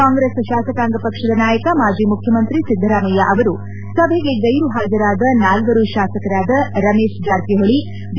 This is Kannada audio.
ಕಾಂಗ್ರೆಸ್ ಶಾಸಕಾಂಗ ಪಕ್ಷದ ನಾಯಕ ಮಾಜಿ ಮುಖ್ಯಮಂತ್ರಿ ಸಿದ್ದರಾಮಯ್ಯ ಅವರು ಸಭೆಗೆ ಗೈರುಹಾಜರಾದ ನಾಲ್ವರು ಶಾಸಕರಾದ ರಮೇಶ್ ಜಾರಕಿ ಹೊಳಿ ಬಿ